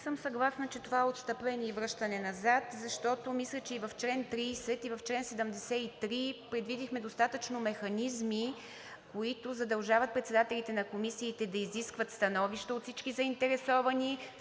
съм съгласна, че това е отстъпление и връщане назад, защото мисля, че и в чл. 30, и в чл. 73 предвидихме достатъчно механизми, които задължават председателите на комисиите да изискват становища от всички заинтересовани,